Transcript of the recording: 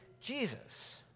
jesus